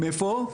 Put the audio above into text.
מאיפה?